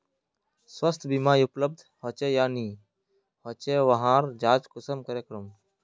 स्वास्थ्य बीमा उपलब्ध होचे या नी होचे वहार जाँच कुंसम करे करूम?